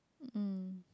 mm